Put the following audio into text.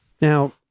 Now